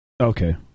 Okay